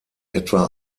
etwa